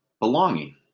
belonging